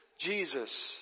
Jesus